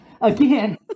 again